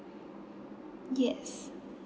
yes